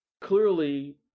Clearly